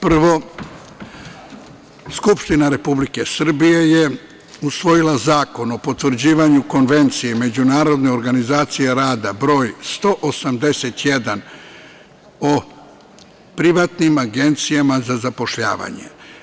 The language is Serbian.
Prvo, Skupština Republike Srbije je usvojila Zakon o potvrđivanju Konvencije i Međunarodne organizacije rada broj 181 o privatnim Agencijama za zapošljavanje.